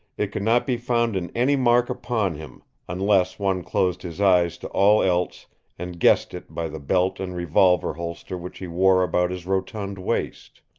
it could not be found in any mark upon him unless one closed his eyes to all else and guessed it by the belt and revolver holster which he wore about his rotund waist.